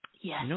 Yes